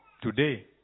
today